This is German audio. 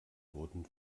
wurden